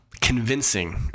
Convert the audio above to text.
convincing